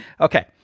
Okay